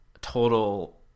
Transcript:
total